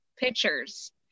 pictures